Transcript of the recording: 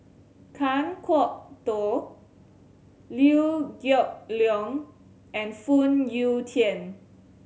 Kan Kwok Toh Liew Geok Leong and Phoon Yew Tien